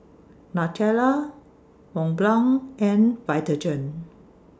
Nutella Mont Blanc and Vitagen